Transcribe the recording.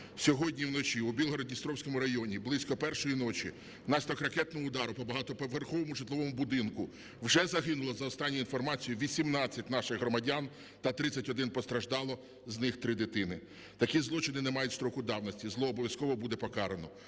Сьогодні вночі у Білгород-Дністровському районі, близько першої ночі, внаслідок ракетного удару по багатоповерховому житловому будинку вже загинуло, за останньою інформацією, 18 наших громадян та 31 постраждали, з них 3 дитини. Такі злочини не мають строку давності, зло обов'язково буде покарано.